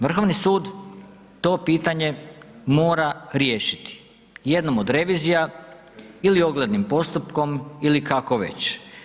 Vrhovni sud to pitanje mora riješiti jednom od revizija ili oglednim postupkom ili kako već.